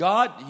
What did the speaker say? God